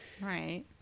Right